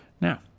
Now